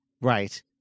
right